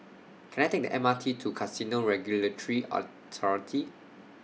Can I Take The M R T to Casino Regulatory Authority